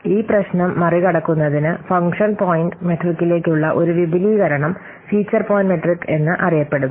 ഈ പ്രശ്നം മറികടക്കുന്നതിന് ഫംഗ്ഷൻ പോയിന്റ് മെട്രിക്കിലേക്കുള്ള ഒരു വിപുലീകരണം ഫീച്ചർ പോയിന്റ് മെട്രിക് എന്നറിയപ്പെടുന്നു